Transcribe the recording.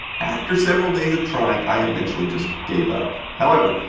after several days of trying, i eventually just gave up. however,